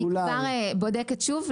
אני כבר בודקת שוב.